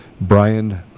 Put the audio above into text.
Brian